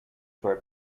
for